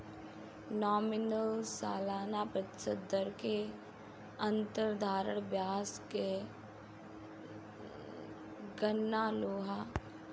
nominal सालाना प्रतिशत दर के अंदर साधारण ब्याज के गनना होला